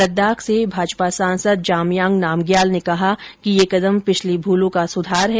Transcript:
लद्दाख से भाजपा सांसद जाम्यांग नामग्याल ने कहा कि यह कदम पिछली भूलों का सुधार है